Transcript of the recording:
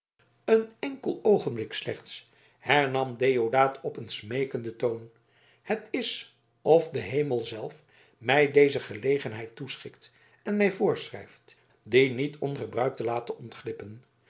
een enkel oogenblik slechts hernam deodaat op een smeekenden toon het is of de hemel zelf mij deze gelegenheid toeschikt en mij voorschrijft die niet ongebruikt te laten ontglippen